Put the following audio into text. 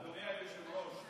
אדוני היושב-ראש,